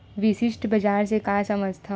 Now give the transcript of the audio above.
विशिष्ट बजार से का समझथव?